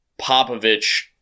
Popovich